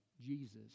Jesus